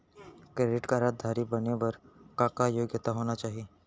Credit card धारी बने बर का का योग्यता होना चाही?